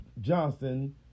Johnson